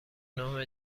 نام